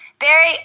Barry